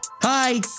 Hi